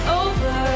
over